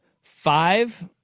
Five